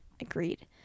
Agreed